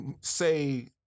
say